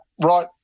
right